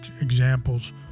examples